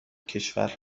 کشور